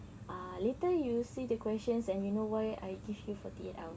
ah later you see the questions and you know why I give you forty eight hours